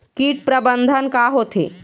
कीट प्रबंधन का होथे?